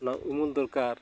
ᱚᱱᱟ ᱩᱢᱩᱞ ᱫᱚᱨᱠᱟᱨ